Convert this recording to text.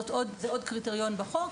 זה עוד קריטריון בחוק,